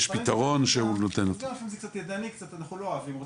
זה פתרון ידני ואנחנו לא אוהבים את זה,